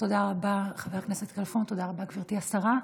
תודה רבה, חבר הכנסת כלפון, תודה רבה, גברתי השרה.